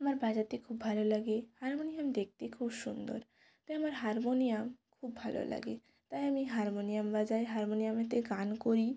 আমার বাজাতে খুব ভালো লাগে হারমোনিয়াম দেখতে খুব সুন্দর তাই আমার হারমোনিয়াম খুব ভালো লাগে তাই আমি হারমোনিয়াম বাজাই হারমোনিয়ামেতে গান করি